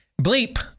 bleep